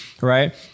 Right